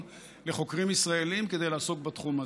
לחוקרים ישראלים כדי לעסוק בתחום הזה.